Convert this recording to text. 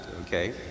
okay